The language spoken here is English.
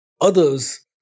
others